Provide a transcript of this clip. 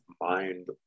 mind